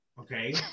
Okay